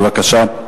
בבקשה.